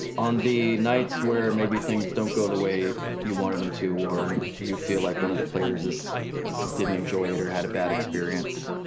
on the nights where maybe things don't go the way you wanted them to, or you feel like one of the players didn't enjoy it or had a bad experience,